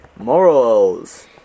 morals